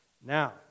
Now